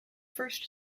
first